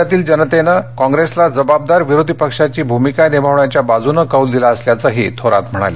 राज्यातील जनतेनं काँप्रेसला जबाबदार विरोधी पक्षाची भूमिका निभावण्याच्या बाजूने कौल दिला असल्याचंही थोरात यांनी सांगितलं